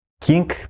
King